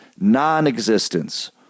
Non-existence